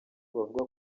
bavuga